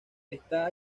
está